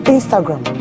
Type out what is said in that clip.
Instagram